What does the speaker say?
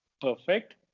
Perfect